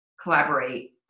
collaborate